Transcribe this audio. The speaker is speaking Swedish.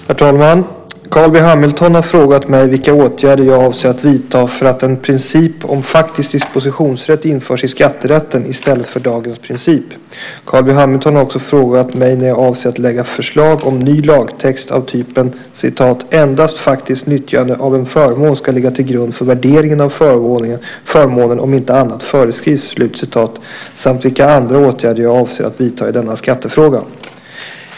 Herr talman! Carl B Hamilton har frågat mig vilka åtgärder jag avser att vidta för att en princip om faktisk dispositionsrätt införs i skatterätten i stället för dagens princip. Carl B Hamilton har också frågat mig när jag avser att lägga fram förslag om ny lagtext av typen "endast faktiskt nyttjande av en förmån ska ligga till grund för värderingen av förmånen, om inte annat föreskrivits", samt vilka andra åtgärder jag avser att vidta i denna skattefråga.